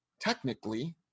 technically